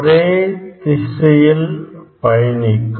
ஒரே திசையில் பயணிக்கும்